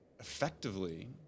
effectively